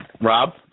Rob